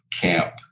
camp